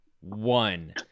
One